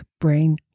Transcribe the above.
Brain